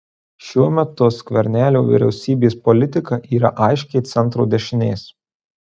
šiuo metu skvernelio vyriausybės politika yra aiškiai centro dešinės